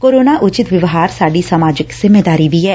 corona ਉਚਿਤ ਵਿਵਹਾਰ ਸਾਡੀ ਸਮਾਜਿਕ ਜਿੰਮੇਵਾਰੀ ਵੀ ਐ